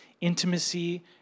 intimacy